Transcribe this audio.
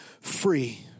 free